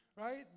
right